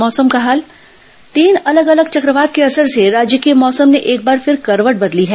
मौसम तीन अलग अलग चक्रवात के असर से राज्य के मौसम ने एक बार फिर करवट बदली है